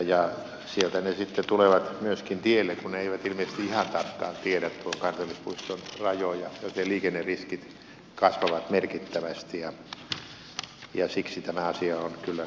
sieltä ne sitten tulevat myöskin tielle kun ne eivät ilmeisesti ihan tarkkaan tiedä tuon kansallispuiston rajoja joten liikenneriskit kasvavat merkittävästi ja siksi tämä asia on kyllä poikkeuksellisen tärkeä hoitaa ja metsähallituksen täytyy kantaa vastuunsa